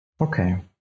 Okay